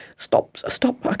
stop! stop! ah